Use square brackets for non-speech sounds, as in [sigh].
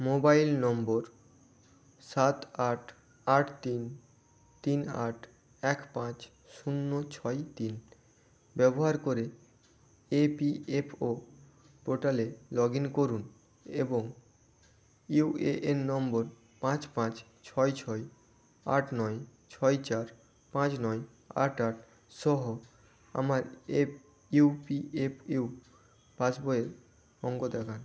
mobile নম্বর সাত আট আট তিন তিন আট এক পাঁচ শূন্য ছয় তিন ব্যবহার করে ইপিএফও পোর্টালে লগ ইন করুন এবং ইউএএন নম্বর পাঁচ পাঁচ ছয় ছয় আট নয় ছয় চার পাঁচ নয় আট আট সহ আমার [unintelligible] ইপিএফও পাস বইয়ের অঙ্ক দেখান